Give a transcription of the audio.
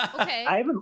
Okay